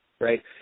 right